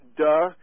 duh